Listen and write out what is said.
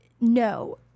No